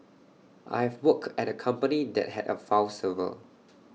I've worked at A company that had A file server